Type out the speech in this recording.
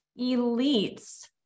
elites